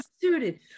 suited